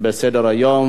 ההצעה לסדר-היום